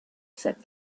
said